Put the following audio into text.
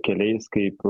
keliais kaip